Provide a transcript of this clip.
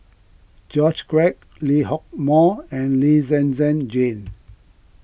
George Quek Lee Hock Moh and Lee Zhen Zhen Jane